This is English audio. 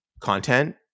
content